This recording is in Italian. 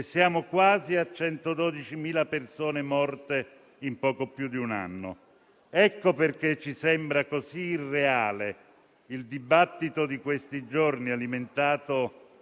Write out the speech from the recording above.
Siamo quasi a 112.000 persone morte in poco più di un anno. Ecco perché ci sembra così irreale il dibattito di questi giorni, alimentato